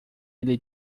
ele